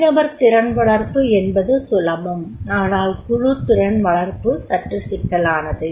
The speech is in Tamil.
தனி நபர் திறன் வளர்ப்பு என்பது சுலபம் ஆனால் குழுத் திறன் வளர்ப்பு சற்று சிக்கலானது